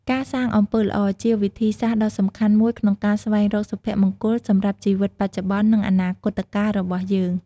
ការសាងអំពើល្អ ជាវិធីសាស្ត្រដ៏សំខាន់មួយក្នុងការស្វែងរកសុភមង្គលសម្រាប់ជីវិតបច្ចុប្បន្ន និងអនាគតកាលរបស់យើង។